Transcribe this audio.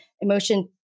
emotion